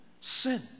sin